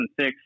2006